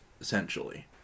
essentially